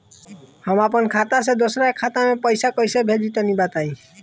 हम आपन खाता से दोसरा के खाता मे पईसा कइसे भेजि तनि बताईं?